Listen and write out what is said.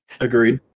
Agreed